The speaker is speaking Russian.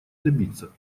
добиться